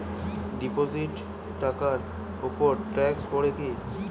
Deposit টাকার উপর tax পড়ে কি?